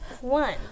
One